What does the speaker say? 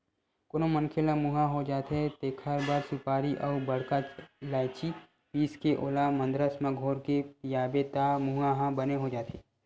कोनो मनखे ल मुंहा हो जाथे तेखर बर सुपारी अउ बड़का लायची पीसके ओला मंदरस म घोरके पियाबे त मुंहा ह बने हो जाथे